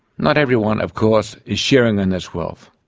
not everyone of course is sharing in this wealth.